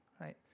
right